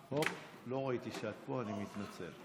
לא ראיתי שאת פה, אני מתנצל.